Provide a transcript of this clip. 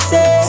Say